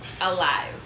alive